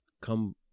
come